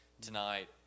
tonight